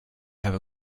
have